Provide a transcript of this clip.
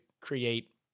create